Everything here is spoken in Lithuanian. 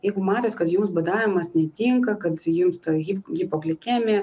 jeigu matot kad jums badavimas netinka kad jums ta hip hipoglikemija